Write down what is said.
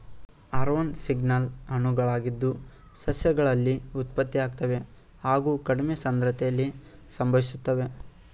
hormone signal ಅಣುಗಳಾಗಿದ್ದು ಸಸ್ಯಗಳಲ್ಲಿ ಉತ್ಪತ್ತಿಯಾಗ್ತವೆ ಹಾಗು ಕಡಿಮೆ ಸಾಂದ್ರತೆಲಿ ಸಂಭವಿಸ್ತವೆ